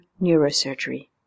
neurosurgery